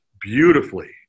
beautifully